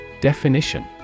Definition